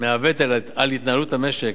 על התנהלות המשק,